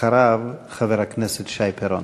אחריו, חבר הכנסת שי פירון.